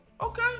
Okay